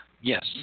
Yes